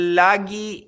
lagi